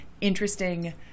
interesting